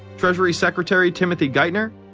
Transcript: treasury secretary timothy geithner,